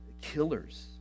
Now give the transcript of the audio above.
killers